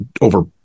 over